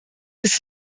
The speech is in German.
ist